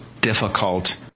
difficult